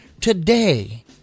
today